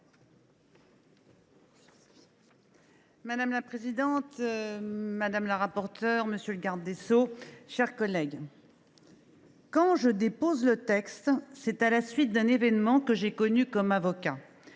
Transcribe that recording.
Madame la présidente, monsieur le garde des sceaux, mes chers collègues, « Quand je dépose le texte, c’est à la suite d’un événement que j’ai connu comme avocat.